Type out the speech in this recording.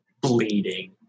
Bleeding